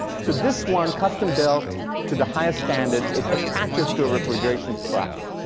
so this one, custom-built to the highest standards, it attaches to a refrigeration truck,